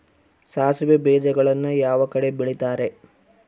ಸಾಸಿವೆ ಬೇಜಗಳನ್ನ ಯಾವ ಕಡೆ ಬೆಳಿತಾರೆ?